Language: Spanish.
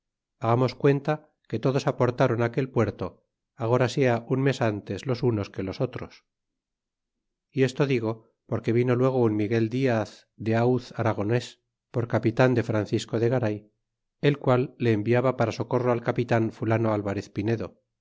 hagamos cuenta que todos aportron a aquel puerto agora sea un mes ntes los unos que los otros y esto digo polque vino luego un miguel diaz de auz aragones por capitan de francisco de garay el qual le enviaba para socorro al capita fulano